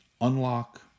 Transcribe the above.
Unlock